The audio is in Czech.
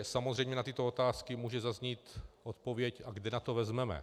Samozřejmě na tyto otázky může zaznít odpověď: A kde na to vezmeme?